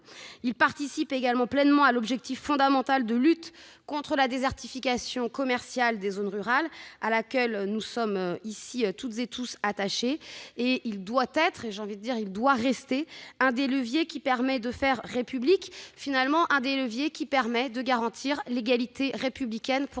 Il participe également pleinement à l'objectif fondamental de lutte contre la désertification commerciale des zones rurales, à laquelle nous sommes ici toutes et tous attachés et il doit être- j'ai même envie de dire : il doit rester -l'un des leviers permettant de faire République, un des leviers permettant de garantir l'égalité républicaine pour tous nos